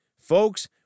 Folks